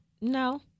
No